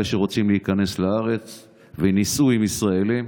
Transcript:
אלה שרוצים להיכנס לארץ ושנישאו לישראלים.